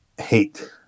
hate